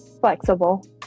Flexible